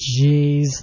jeez